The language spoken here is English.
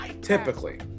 Typically